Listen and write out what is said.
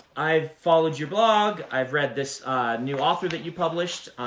i've followed your blog. i've read this new author that you published.